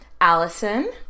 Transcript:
Allison